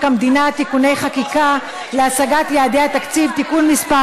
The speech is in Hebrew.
המדינה (תיקוני חקיקה להשגת יעדי התקציב) (תיקון מס'